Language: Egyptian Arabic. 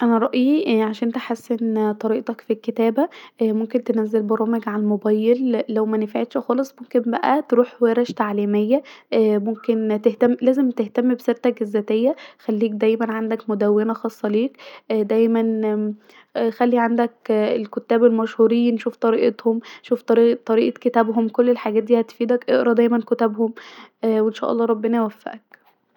انا رأي عشان تحسن طريقه الكتابه أن انا ممكن تنزل برامج علي الموبايل ولو منفعتش خالص ممكن بقي تروح ورش تعمليميه ممكن تهتم لازم تهتم الذاتيه وان دايما يكون عندك مدونه خاصه بيك ودايما خلي عندك الكتاب المشهورين شوف طريقه كتابهم والحاجات دي هتفيدك وان شاء الله ربنا يوفقك